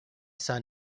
saw